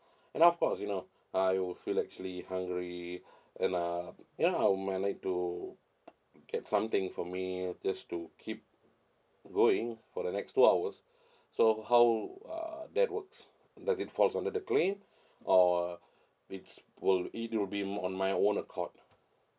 and of course you know I will feel actually hungry and uh ya I'll might like to get something for me just to keep going for the next two hours so how uh that works does it falls under the claim or it's will it will be on my own accord